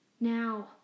Now